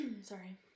Sorry